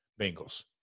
Bengals